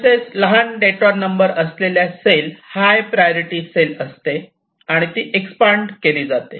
तसेच लहान डेटोर नंबर असलेल्या सेल हाय प्रायोरिटी सेल असते आणि एक्सपांड केली जाते